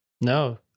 No